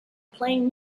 playing